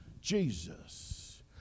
Jesus